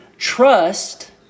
Trust